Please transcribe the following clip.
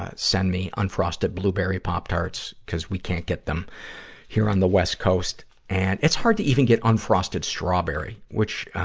ah send me unfrosted blueberry pop tarts, cuz we can't get them here on the west coast. and, it's hard to even get unfrosted strawberry, which, ah,